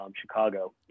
Chicago